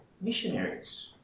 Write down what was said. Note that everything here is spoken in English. missionaries